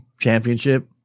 championship